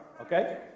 okay